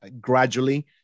gradually